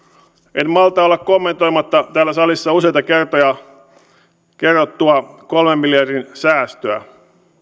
en malta olla kommentoimatta täällä salissa useita kertoja kerrattua kolmen miljardin säästöä